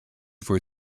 for